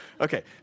Okay